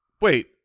Wait